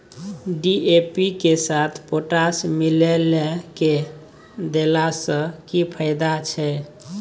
DAP के साथ potash मिललय के देला स की फायदा छैय?